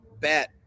bet